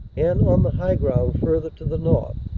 and on the high ground further to the north.